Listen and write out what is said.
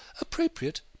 appropriate